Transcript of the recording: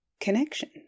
connection